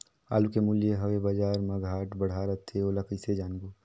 आलू के मूल्य हवे बजार मा घाट बढ़ा रथे ओला कइसे जानबो?